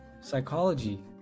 psychology